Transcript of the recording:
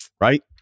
right